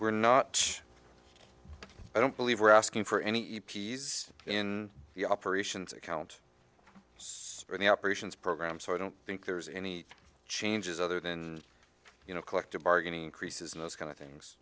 we're not i don't believe we're asking for any peas in the operations account for the operations program so i don't think there's any changes other than you know collective bargaining creases and those kind of things